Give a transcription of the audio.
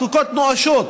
זקוקות נואשות,